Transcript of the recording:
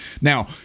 Now